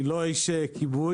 אני לא איש כיבוי